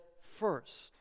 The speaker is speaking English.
first